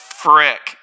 frick